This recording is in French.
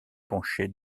penchée